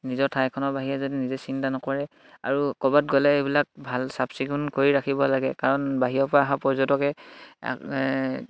নিজৰ ঠাইখনৰ বাহিৰে যদি নিজে চিন্তা নকৰে আৰু ক'ৰবাত গ'লে এইবিলাক ভাল চাফ চিকুণ কৰি ৰাখিব লাগে কাৰণ বাহিৰৰ পৰা অহা পৰ্যটকে